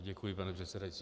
Děkuji, pane předsedající.